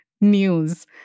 news